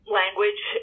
language